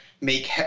make